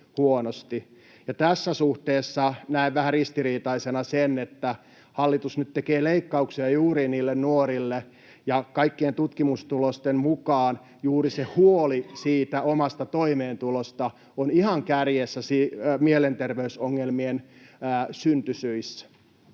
Tässä suhteessa näen vähän ristiriitaisena sen, että hallitus nyt tekee leikkauksia juuri niille nuorille. Kaikkien tutkimustulosten mukaan juuri se huoli siitä omasta toimeentulosta on ihan kärjessä mielenterveysongelmien syntysyissä.